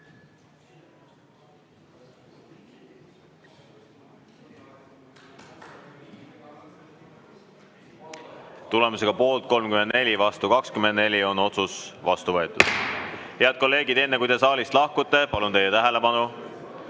Tulemusega poolt 34 ja vastu 24, on otsus vastu võetud. Head kolleegid, enne kui te saalist lahkute, palun teie tähelepanu.